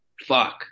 fuck